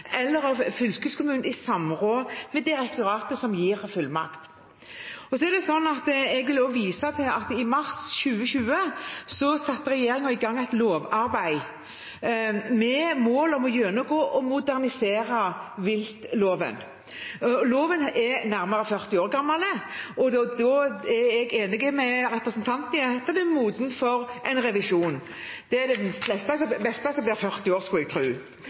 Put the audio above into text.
eller av fylkeskommunen i samråd med direktoratet som gir fullmakt. Jeg vil også vise til at i mars 2020 satte regjeringen i gang et lovarbeid med mål om å gjennomgå og modernisere viltloven. Loven er nærmere 40 år gammel, og jeg er enig med representanten i at den er moden for en revisjon. Det er det meste som blir 40 år, skulle jeg